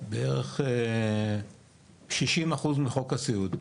בערך 60% מחוק הסיעוד.